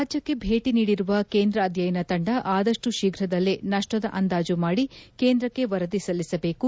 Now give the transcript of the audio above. ರಾಜ್ಯಕ್ಕೆ ಭೇಟಿ ನೀಡಿರುವ ಕೇಂದ್ರ ಅಧ್ಯಯನ ತಂಡ ಆದಷ್ಟು ಶೀಫ್ರದಲ್ಲೇ ನಷ್ವದ ಅಂದಾಜು ಮಾದಿ ಕೇಂದ್ರಕ್ಕೆ ವರದಿ ಸಲ್ಲಿಸಬೇಕು